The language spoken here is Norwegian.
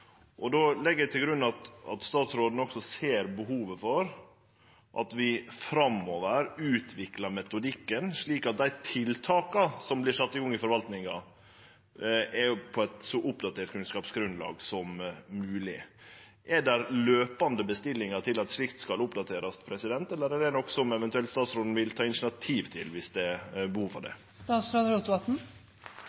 legg til grunn at statsråden også ser behovet for at vi framover utviklar metodikken, slik at dei tiltaka som vert sette i gang i forvaltninga, er på eit så oppdatert kunnskapsgrunnlag som mogleg. Er det løpande bestillingar til at slikt skal oppdaterast, eller er det noko som statsråden eventuelt vil ta initiativ til, om det er behov for det?